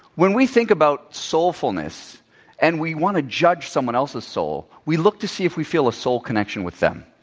when we think about soulfulness and we want to judge someone else's soul, we look to see if we feel a soul connection with them.